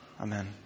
Amen